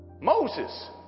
Moses